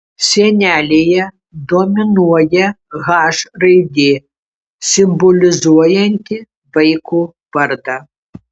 sienelėje dominuoja h raidė simbolizuojanti vaiko vardą